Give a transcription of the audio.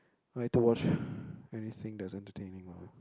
like to watch anything that is entertaining lah